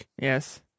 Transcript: Yes